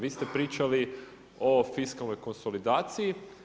Vi ste pričali o fiskalnoj konsolidaciji.